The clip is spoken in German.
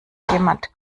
jemand